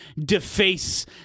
deface